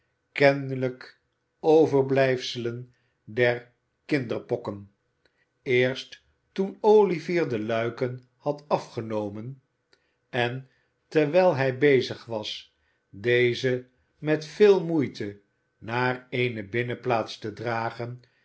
kennelijk overblijfselen der kinderpokken eerst toen olivier de luiken had afgenomen en terwijl hij bezig was deze met veel moeite naar eene binnenplaats te dragen